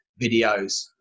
videos